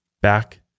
back